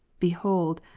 behold,